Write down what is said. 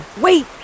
Wait